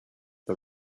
the